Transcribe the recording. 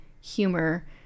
humor